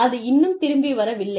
அது இன்னும் திரும்பி வரவில்லை